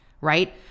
right